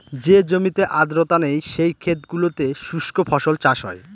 যে জমিতে আর্দ্রতা নেই, সেই ক্ষেত গুলোতে শুস্ক ফসল চাষ হয়